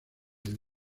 del